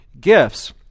gifts